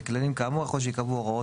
בכללים כאמור יכול שייקבעו הוראות